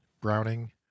browning